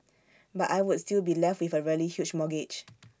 but I would still be left with A really huge mortgage